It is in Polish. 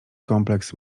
kompleks